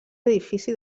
edifici